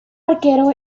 arquero